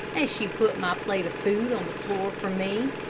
as she put my plate of food on the floor for me.